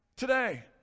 Today